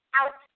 out